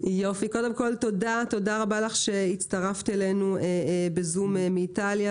תודה לך שהצטרפת אלינו בזום מאיטליה